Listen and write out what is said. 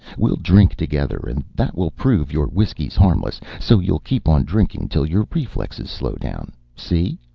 we'll drink together, and that will prove your whiskey's harmless so you'll keep on drinking till your reflexes slow down, see?